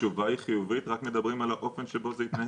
התשובה היא חיובית רק מדברים על האופן שבו זה יתנהל?